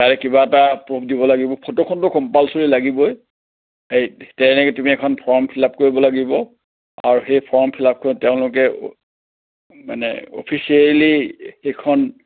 তাৰে কিবা এটা প্ৰোফ দিব লাগিব ফটোখনটো কম্পালচৰি লাগিবই এই তেনেকৈ তুমি এখন ফৰ্ম ফিলআপ কৰিব লাগিব আৰু সেই ফৰ্ম ফিলআপ কৰোঁতে তেওঁলোকে মানে অফিচিয়েলী সেইখন